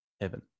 heaven